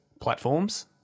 platforms